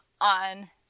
on